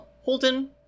holden